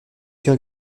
qu’un